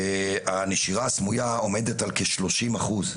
הנשירה הסמוייה עומדת על כשלושים אחוז.